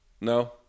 No